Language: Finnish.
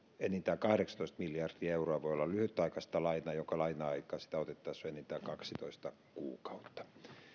enintään kahdeksantoista miljardia euroa voi olla lyhytaikaista lainaa jonka laina aika sitä otettaessa on enintään kaksitoista kuukautta